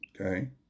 okay